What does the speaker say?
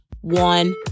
one